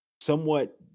somewhat